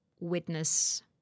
witness